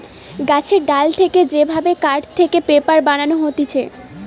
গাছের ডাল থেকে যে ভাবে কাঠ থেকে পেপার বানানো হতিছে